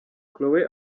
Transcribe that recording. khloe